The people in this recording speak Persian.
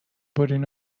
برین